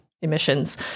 emissions